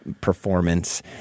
performance